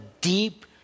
deep